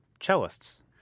cellists